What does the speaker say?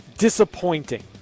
Disappointing